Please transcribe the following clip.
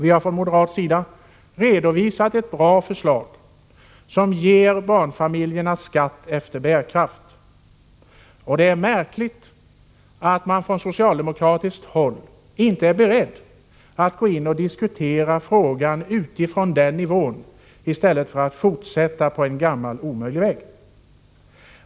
Vi har från moderat sida redovisat ett bra förslag som ger barnfamiljerna skatt efter bärkraft. Det är märkligt att man från socialdemokratiskt håll inte är beredd att gå in och diskutera frågan på den nivån, i stället för att fortsätta på en gammal, omöjlig väg.